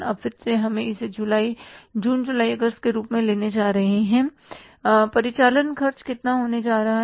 अब फिर से हम इसे जून जुलाई अगस्त के रूप में लेने जा रहे हैं और परिचालन खर्च कितना हो रहा है